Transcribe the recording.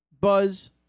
buzz